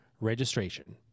registration